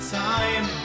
time